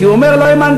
כי הוא אומר: לא האמנתי,